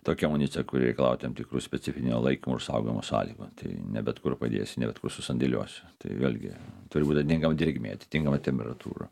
tokia amunicija kuri reikalauja tam tikrų specifinių laikymo ir saugojimo sąlygų tai ne bet kur padėsi ne bet kur susandėliuosi tai vėlgi turi būt atitinkama drėgmė atitinkama temperatūra